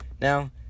Now